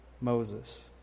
Moses